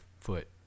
foot